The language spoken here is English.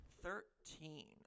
Thirteen